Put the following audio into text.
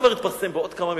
הדבר התפרסם בעוד כמה מקומות,